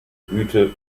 güte